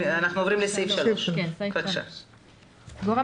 "נוהל כללי לפינוי מסגרת ממקום ייעודי 3. גורם